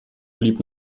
blieb